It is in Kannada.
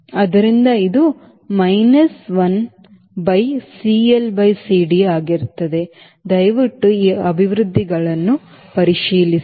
ಆದ್ದರಿಂದ ಇದು minus one by CL by C D ಆಗಿರುತ್ತದೆ ದಯವಿಟ್ಟು ಈ ಅಭಿವ್ಯಕ್ತಿಗಳನ್ನು ಪರಿಶೀಲಿಸಿ